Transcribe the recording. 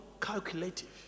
calculative